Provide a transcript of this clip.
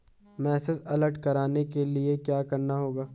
Message alert करवाने के लिए क्या करना होगा?